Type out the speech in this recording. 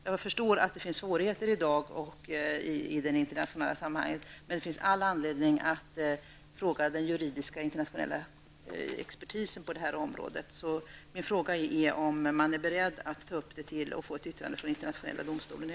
Jag förstår att det finns svårigheter i dag i det internationella sammanhanget, men det finns all anledning att fråga den internationella juridiska expertisen på det här området. Min fråga är om man är beredd att ta upp det och få ett yttrande från den internationella domstolen i